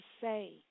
say